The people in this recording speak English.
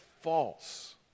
false